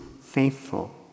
faithful